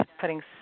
putting